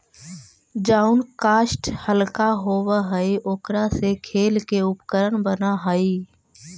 जउन काष्ठ हल्का होव हई, ओकरा से खेल के उपकरण बनऽ हई